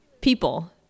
people